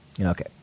Okay